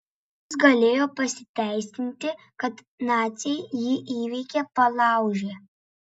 jis galėjo pasiteisinti kad naciai jį įveikė palaužė